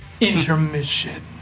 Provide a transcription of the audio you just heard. Intermission